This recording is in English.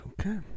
Okay